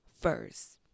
first